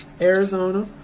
Arizona